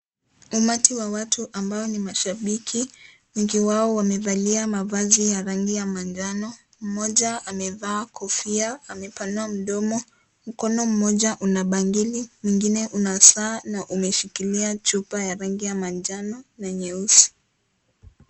Umati wa watu ambao ni mashabiki, wengi wao wamevalia mavazi ambao ni ya rangi ya manjano. Moja amevaa kofia amepanua mdomo, mkono moja una bangili, mwingine una saa na ameshikilia chupa ya rangi ya manjano na nyeusi.